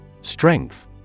Strength